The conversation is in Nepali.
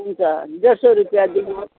हुन्छ डेढ सौ रुपियाँ दिनुहोस्